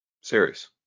Serious